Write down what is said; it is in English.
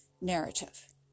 narrative